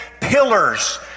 pillars